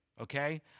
Okay